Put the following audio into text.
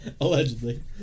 Allegedly